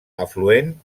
afluent